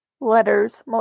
letters